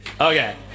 Okay